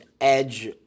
Edge